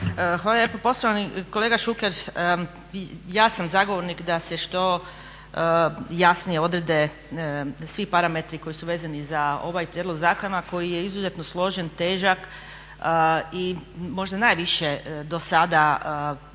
Poštovani kolega Šuker ja sam zagovornik da se što jasnije odrede svi parametri koji su vezani za ovaj prijedlog zakona koji je izuzetno složen, težak i možda najviše dosada baš